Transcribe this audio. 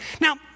Now